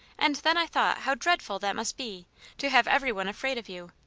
and then i thought how dreadful that must be to have every one afraid of you,